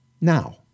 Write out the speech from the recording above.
now